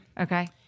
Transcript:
Okay